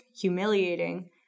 humiliating